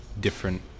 different